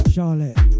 Charlotte